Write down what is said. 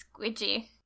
squidgy